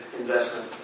investment